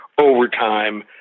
overtime